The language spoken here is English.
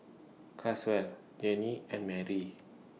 Caswell Gene and Marry